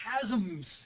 chasms